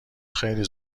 خیلی